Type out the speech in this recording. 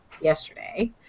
yesterday